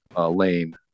Lane